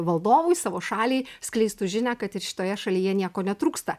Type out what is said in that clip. valdovui savo šaliai skleistų žinią kad ir šitoje šalyje nieko netrūksta